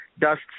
dust